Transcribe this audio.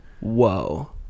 Whoa